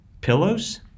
Pillows